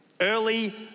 Early